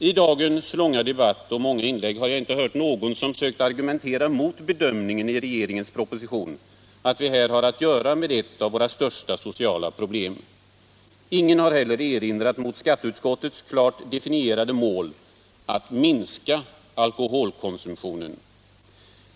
I dagens långa debatt och många inlägg har jag inte hört någon som sökt argumentera mot bedömningen i regeringens proposition, att vi här har att göra med ett av våra största sociala problem. Ingen har heller erinrat mot skatteutskottets klart definierade mål: att minska alkoholkonsumtionen.